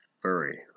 furry